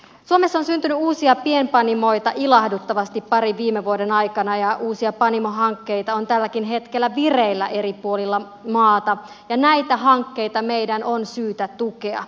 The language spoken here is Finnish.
suomessa on syntynyt uusia pienpanimoita ilahduttavasti parin viime vuoden aikana ja uusia panimohankkeita on tälläkin hetkellä vireillä eri puolilla maata ja näitä hankkeita meidän on syytä tukea